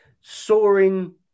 Soaring